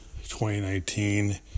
2019